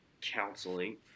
counseling